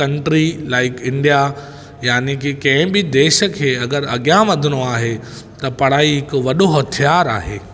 country like India यानि कि कहिड़े बि देश खे अगरि अॻियां वधिड़ो आहे त पढ़ाई हिकु वॾो हथियार आहे